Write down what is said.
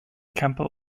campbell